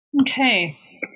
Okay